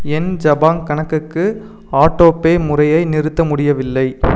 என் Jabong கணக்குக்கு autopay முறையை நிறுத்த முடியவில்லை